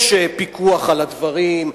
יש פיקוח על הדברים,